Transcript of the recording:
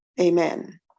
amen